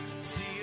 see